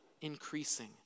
increasing